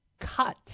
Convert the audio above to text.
cut